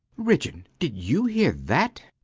ridgeon did you hear that?